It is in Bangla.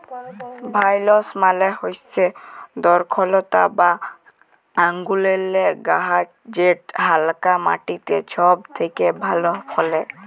ভাইলস মালে হচ্যে দরখলতা বা আঙুরেল্লে গাহাচ যেট হালকা মাটিতে ছব থ্যাকে ভালো ফলে